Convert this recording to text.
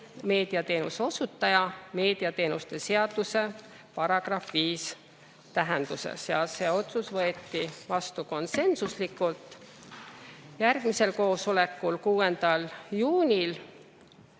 meediateenuse osutaja meediateenuste seaduse § 5 tähenduses. See otsus võeti vastu konsensuslikult. Järgmisel koosolekul, 6. juunil